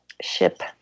ship